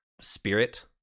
spirit